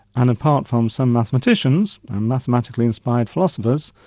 and apart from some mathematicians, and mathematically inspired philosophers,